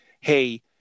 hey